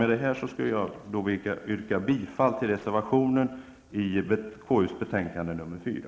Med detta yrkar jag bifall till reservationen i KUs betänkande nr 4.